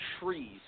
trees